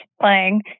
playing